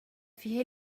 فيه